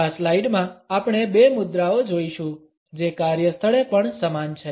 આ સ્લાઇડ માં આપણે બે મુદ્રાઓ જોઈશું જે કાર્યસ્થળે પણ સમાન છે